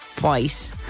white